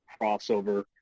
crossover –